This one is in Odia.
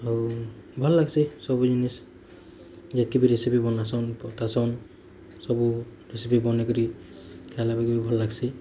ଆଉ ଭଲ୍ ଲାଗ୍ସି ସବୁ ଜିନିଷ୍ ଯେତ୍କି ବି ରେସିପି ବନାଉଁସନ୍ ବତାସନ୍ ସବୁ ରେସିପି ବନେଇ କରି ଖାଇଲା ବେଲକି ଭଲ୍ ଲାଗ୍ସି